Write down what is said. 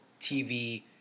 TV